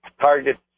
target